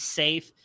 safe